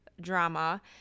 drama